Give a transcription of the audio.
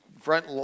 front